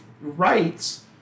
rights